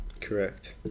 Correct